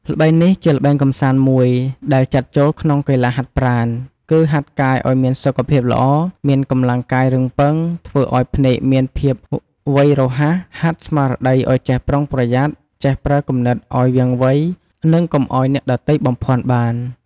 ល្បែងនេះ ជាល្បែងកំសាន្តមួយដែលចាត់ចូលក្នុងកីឡាហាត់ប្រាណ គឺហាត់កាយឲ្យមានសុខភាពល្អ មានកម្លាំងកាយរឹងប៉ឹង ធ្វើឲ្យភ្នែកមានភាពវៃរហ័ស ហាត់ស្មារតីឲ្យចេះប្រុងប្រយ័ត្ន ចេះប្រើគំនិតឲ្យវាងវៃ និងកុំឲ្យអ្នកដទៃបំភ័ន្តបាន។